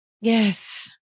Yes